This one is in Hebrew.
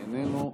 איננו,